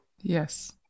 Yes